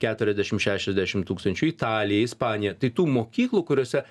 keturiasdešim šešiasdešim tūkstančių italija ispanija tai tų mokyklų kuriose